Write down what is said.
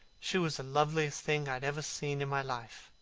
she was the loveliest thing i had ever seen in my life.